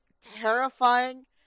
terrifying